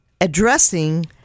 addressing